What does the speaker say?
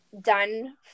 done